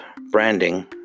branding